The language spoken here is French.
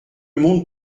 monde